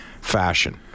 fashion